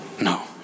No